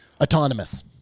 Autonomous